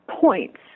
points